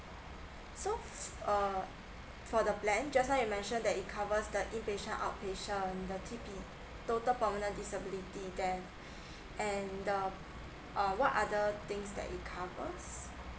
so uh for the plan just now you mentioned that it covers the impatient outpatient the T_P total permanent disability then and the uh what other things it covers